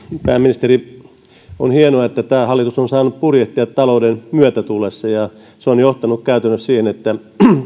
pääministeri on hienoa että tämä hallitus on saanut purjehtia talouden myötätuulessa ja se on johtanut käytännössä siihen että